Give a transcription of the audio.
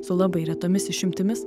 su labai retomis išimtimis